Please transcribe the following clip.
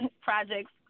projects